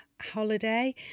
Holiday